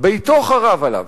ביתו חרב עליו.